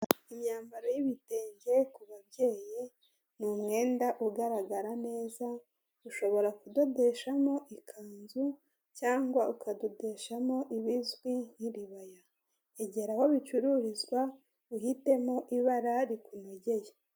Imyambaro y'ibitenge ku babyeyi ni umwenda ugaragara neza, ushobora kudodeshamo ikanzu cyangwa ukadodeshamo ibizwi nk'iribaya. Egera aho bicururizwa, uhitemo ibara rikunogeye.